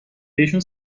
بهشون